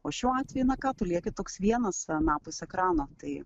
o šiuo atveju na ką tu lieki toks vienas anapus ekrano tai